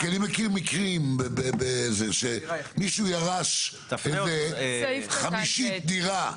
כי אני מכיר מקרים שמישהו ירש איזה חמישית דירה.